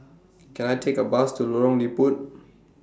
Can I Take A Bus to Lorong Liput